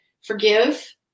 Forgive